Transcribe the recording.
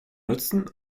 nutzen